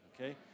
Okay